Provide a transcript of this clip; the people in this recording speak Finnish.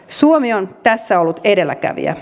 suomi on tässä ollut edelläkävijä